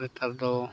ᱱᱮᱛᱟᱨ ᱫᱚ